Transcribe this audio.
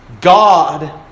God